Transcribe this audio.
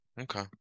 okay